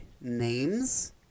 names